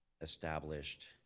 established